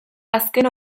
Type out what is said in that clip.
azken